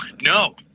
no